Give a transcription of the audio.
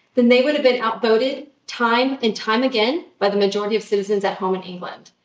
then they would have been outvoted time and time again, but the majority of citizens at home in england.